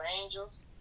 angels